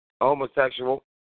homosexual